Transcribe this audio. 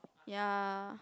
ya